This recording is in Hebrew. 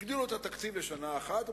הגדילו את התקציב בשנה אחת,